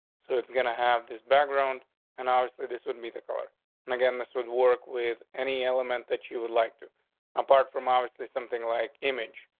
so it's gonna have this background and obviously this would meet the car and again. this would work with any element that you would like to apart from obviously something like image,